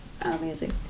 amazing